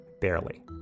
barely